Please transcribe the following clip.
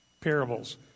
parables